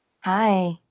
Hi